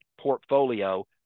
portfolio